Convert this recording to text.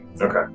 Okay